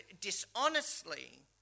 dishonestly